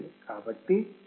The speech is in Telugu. కాబట్టి ఇప్పుడు నేను R 3